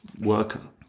worker